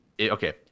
okay